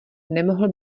nemohl